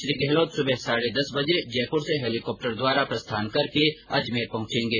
श्री गहलोत सुबह साढे दस बजे जयपुर से हैलीकॉप्टर द्वारा प्रस्थान करके अजमेर पहुंचेंगे